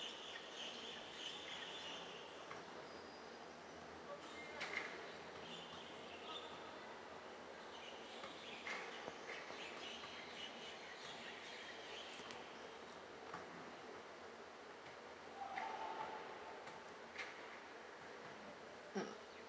mm